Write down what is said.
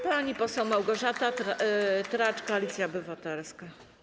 Pani poseł Małgorzata Tracz, Koalicja Obywatelska.